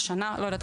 השנה לא יודעת,